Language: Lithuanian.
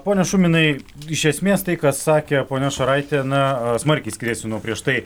pone šuminai iš esmės tai ką sakė ponia šaraitė na smarkiai skiriasi nuo prieš tai